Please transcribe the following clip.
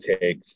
take